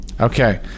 Okay